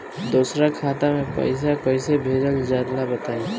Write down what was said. दोसरा खाता में पईसा कइसे भेजल जाला बताई?